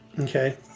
Okay